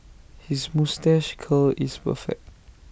his moustache curl is perfect